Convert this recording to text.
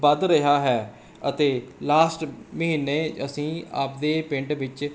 ਵੱਧ ਰਿਹਾ ਹੈ ਅਤੇ ਲਾਸਟ ਮਹੀਨੇ ਅਸੀਂ ਆਪਦੇ ਪਿੰਡ ਵਿੱਚ